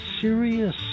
serious